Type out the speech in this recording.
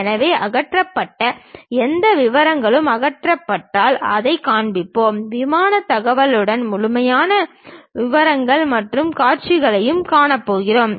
எனவே அகற்றப்பட்ட எந்த விவரங்களும் அகற்றப்பட்டால் அதைக் காண்பிப்போம் விமானத் தகவலுடன் முழுமையான விவரங்கள் மற்ற காட்சிகளில் காண்பிக்கிறோம்